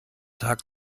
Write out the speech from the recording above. tag